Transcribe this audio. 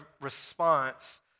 response